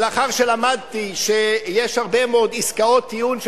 ולאחר שלמדתי שנעשות הרבה מאוד עסקאות טיעון,